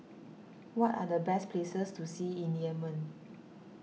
what are the best places to see in Yemen